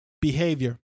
behavior